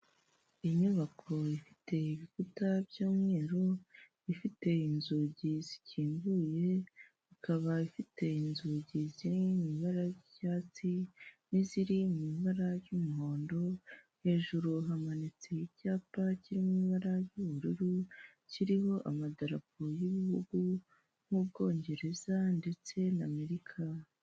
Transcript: Inyubako ifite ibikuta by'umweru ifite inzugi zikinguye ikaba ifite inzu imigezi y'imibara y'ibyatsi, n'iziri mu ibara ry'umuhondo hejuru hamanitse icyapa kii ibara ry'ubururu kirimo amadarapo y'ubugu n'ubwongereza ndetse n'amerika.